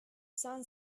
sun